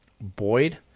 Boyd